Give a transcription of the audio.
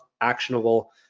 actionable